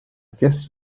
guess